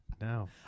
No